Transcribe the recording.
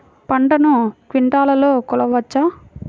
పంటను క్వింటాల్లలో కొలవచ్చా?